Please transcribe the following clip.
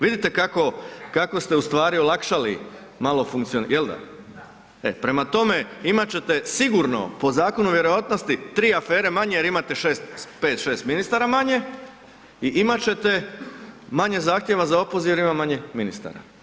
Vidite kako, kako ste u stvari olakšali malo funkcio, jel da, e, prema tome imat ćete sigurno po zakonu vjerojatnosti 3 afere manje jer imate 6, 5-6 ministara manje i imat ćete manje zahtjeva za opoziv jer ima manje ministara.